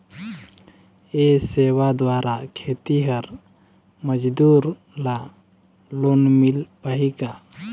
ये सेवा द्वारा खेतीहर मजदूर ला लोन मिल पाही का?